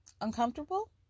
uncomfortable